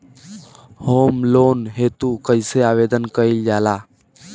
Home loan हेतु कइसे आवेदन कइल जाला?